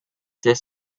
des